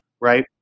Right